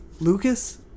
Lucas